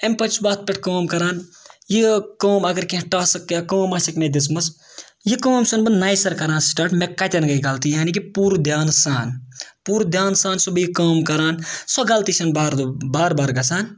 امہِ پَتہٕ چھُس بہٕ اَتھ پٮ۪ٹھ کٲم کَران یہِ کٲم اگر کینٛہہ ٹاسٕک یا کٲم آسیٚکھ مےٚ دِژمٕژ یہِ کٲم چھُس بہٕ نَیہٕ سَر کَران سِٹاٹ مےٚ کَتٮ۪ن گٔے غلطی یعنی کہِ پوٗرٕ دھیانہٕ سان پوٗرٕ دھیانہٕ سان چھُس بہٕ یہِ کٲم کَران سۄ غلطی چھَنہٕ باردُ بار بار گژھان